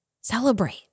celebrate